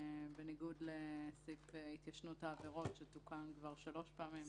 בניגוד לסעיף התיישנות העבירות שתוקן כבר שלוש פעמים.